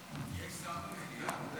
יש שר במליאה?